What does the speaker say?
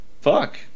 fuck